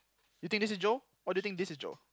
you think this is Joe or do you think this is Joe